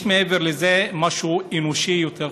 מעבר לזה יש משהו אנושי יותר חשוב: